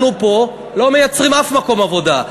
אנחנו פה לא מייצרים אף מקום עבודה,